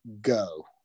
go